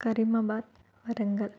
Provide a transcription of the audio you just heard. Karimabad Warangal